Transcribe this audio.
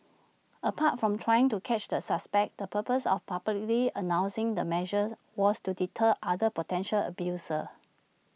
apart from trying to catch the suspects the purpose of publicly announcing the measures was to deter other potential abusers